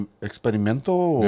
experimento